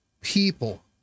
people